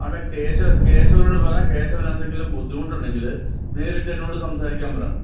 അല്ല കേശവൻ കേശവനോട് പറ കേശവനെന്തെങ്കിലും ബുദ്ധിമുട്ടുണ്ടെങ്കിൽ നേരിട്ടെന്നോട് സംസാരിക്കാൻ പറയണം